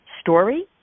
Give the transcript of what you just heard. story